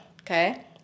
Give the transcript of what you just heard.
Okay